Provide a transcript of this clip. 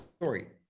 story